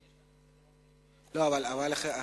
עברה.